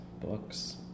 books